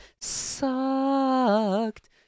sucked